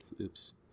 Oops